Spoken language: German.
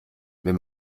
wenn